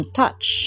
touch